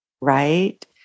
Right